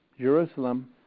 Jerusalem